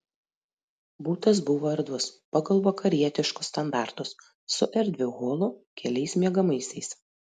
butas buvo erdvus pagal vakarietiškus standartus su erdviu holu keliais miegamaisiais